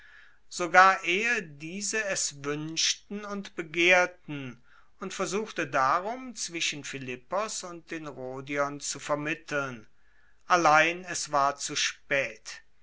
sogar ehe diese es wuenschten und begehrten und versuchte darum zwischen philippos und den rhodiern zu vermitteln allein es war zu spaet